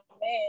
man